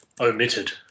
omitted